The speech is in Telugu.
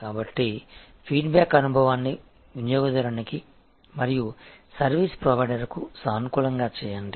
కాబట్టి ఫీడ్బ్యాక్ అనుభవాన్ని వినియోగదారునికి మరియు సర్వీస్ ప్రొవైడర్కు సానుకూలంగా చేయండి